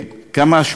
כמה,